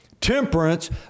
temperance